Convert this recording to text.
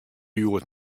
hjoed